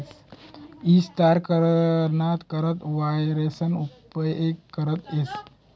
ईज तयार कराना करता वावरेसना उपेग करता येस